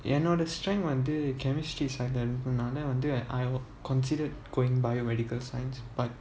என்னோட:ennoda strength வந்து:vanthu chemistry I considered going biomedical science but